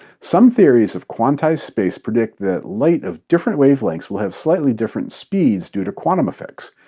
some theories of quantized space predict that light of different wavelengths will have slightly different speeds due to quantum effects.